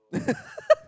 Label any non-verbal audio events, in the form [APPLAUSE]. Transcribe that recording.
[LAUGHS]